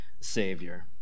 Savior